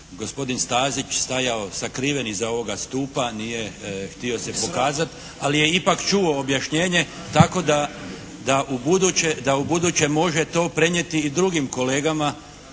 gospodin Stazić stajao sakriven iza ovoga stupa, nije htio se pokazati, ali je ipak čuo objašnjenje tako da ubuduće može to prenijeti i drugim kolegama